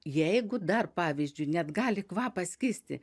jeigu dar pavyzdžiui net gali kvapas kisti